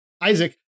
Isaac